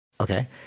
Okay